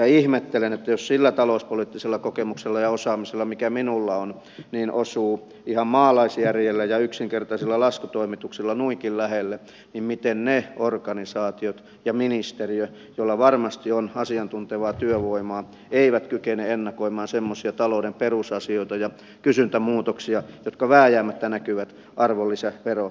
ihmettelen että jos sillä talouspoliittisella kokemuksella ja osaamisella mikä minulla on osuu ihan maalaisjärjellä ja yksinkertaisilla laskutoimituksilla noinkin lähelle niin miten ne organisaatiot ja ministeriö joilla varmasti on asiantuntevaa työvoimaa eivät kykene ennakoimaan semmoisia talouden perusasioita ja kysyntämuutoksia jotka vääjäämättä näkyvät arvonlisäverokertymässä